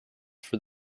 for